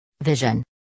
Vision